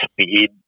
speed